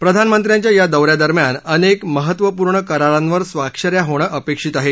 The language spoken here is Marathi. प्रधानमंत्र्यांच्या या दौऱ्यादरम्यान अनेक महत्वपूर्ण करारांवर स्वाक्षऱ्या होणं अपेक्षित आहे